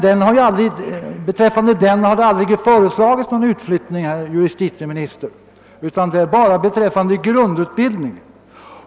Men beträffande dessa har det aldrig föreslagits någon utflyttning, herr justitieminister, utan det har bara gällt grundutbildningen.